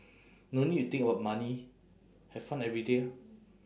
no need to think about money have fun every day orh